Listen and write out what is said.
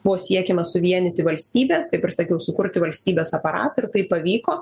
buvo siekiama suvienyti valstybę kaip ir sakiau sukurti valstybės aparatą ir tai pavyko